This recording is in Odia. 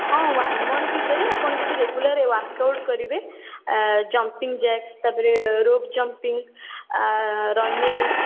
ହଁ ୱାନ୍ ମନ୍ଥ ଭିତରେ ଆପଣ ଯଦି ରେଗୁଲାର୍ ୱାର୍କ ଆଉଟ୍ କରିବେ ଜମ୍ପିଙ୍ଗ ଜ୍ୟାକ୍ସ ତା'ପରେ ରୋପ୍ ଜମ୍ପିଙ୍ଗ ରନିଙ୍ଗ